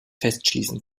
festschließen